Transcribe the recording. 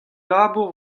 labour